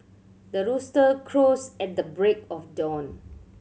the rooster crows at the break of dawn